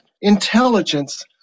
intelligence